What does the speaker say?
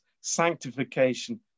sanctification